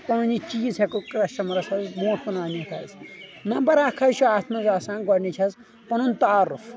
پانہٕ یہِ چیٖز ہَٮ۪کو کسٹمرَس حظ برونٛٹھ کُن انِتھ حظ نمبر اَکھ حظ چھِ اَتھ منٛز آسان گۄڈنِچ حظ پَنُن تعارُف